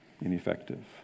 ineffective